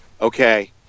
Okay